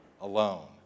alone